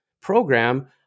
program